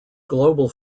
global